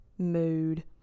mood